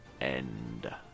end